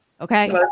Okay